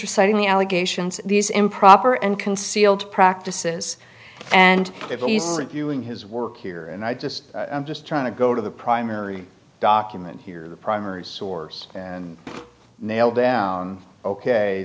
reciting the allegations these improper and concealed practices and it's viewing his work here and i just i'm just trying to go to the primary document here primers source and nail down ok